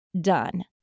done